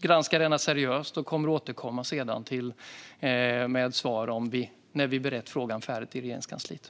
granskar denna fråga seriöst. Jag kommer att återkomma med svar när vi berett frågan färdigt i Regeringskansliet.